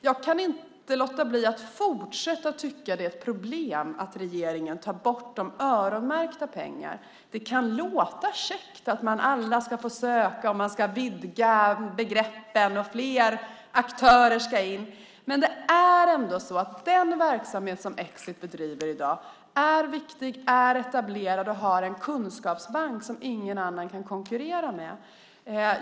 Jag kan inte låta bli att fortsätta tycka att det är ett problem att regeringen tar bort de öronmärkta pengarna. Det kan låta käckt att alla ska få söka, att begreppen ska vidgas och att fler aktörer ska in. Men den verksamhet som Exit bedriver i dag är viktig, är etablerad, och där finns en kunskapsbank som ingen annan kan konkurrera med.